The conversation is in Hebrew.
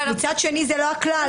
מצד שני, זה לא הכלל.